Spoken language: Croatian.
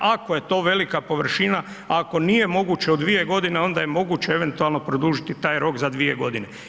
Ako je to velika površina, ako nije moguće u 2 godine onda je moguće eventualno produžiti taj rok za 2 godine.